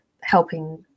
helping